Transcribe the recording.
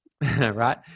Right